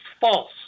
false